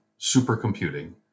supercomputing